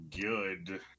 good